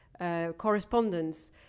correspondence